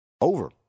Over